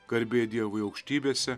garbė dievui aukštybėse